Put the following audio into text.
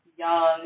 young